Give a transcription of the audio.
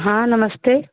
हाँ नमस्ते